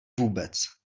vůbec